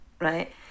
right